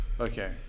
Okay